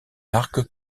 arcs